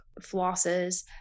flosses